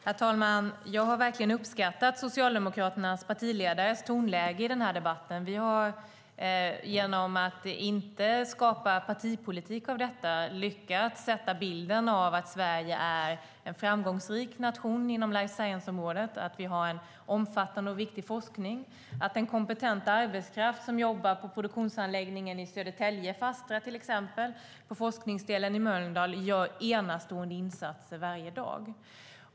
Herr talman! Jag har verkligen uppskattat Socialdemokraternas partiledares ton i den här debatten. Genom att inte göra partipolitik av detta har vi lyckats skapa bilden av att Sverige är en framgångsrik nation på life science-området, att vi har en omfattande och viktig forskning, att den kompetenta arbetskraft som jobbar på produktionsanläggningen för Astra i Södertälje och på forskningsdelen i Mölndal gör enastående insatser varje dag.